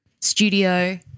studio